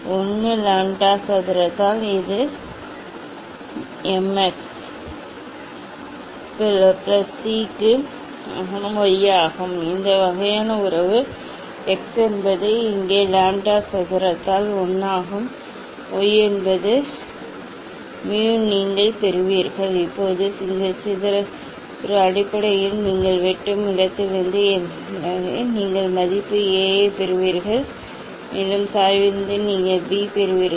1 lambda சதுரத்தால் எனவே இது m x பிளஸ் c க்கு சமமான y ஆகும் இந்த வகையான உறவு x என்பது இங்கே லாம்ப்டா சதுரத்தால் 1 ஆகும் y என்பது mu நீங்கள் பெறுவீர்கள் இது போன்ற ஒரு நேர் கோட்டைப் பெறுவீர்கள் அல்லது நீங்கள் எதைப் பெறுவீர்கள் இப்போது இந்த சி இங்கே இது ஒரு அடிப்படையில் நீங்கள் வெட்டும் இடத்திலிருந்து என்னவென்பதைப் பெறுவீர்கள் நீங்கள் மதிப்பு A ஐப் பெறுவீர்கள் மேலும் சாய்விலிருந்து நீங்கள் பி பெறுவீர்கள்